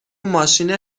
ماشین